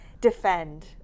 defend